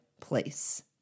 place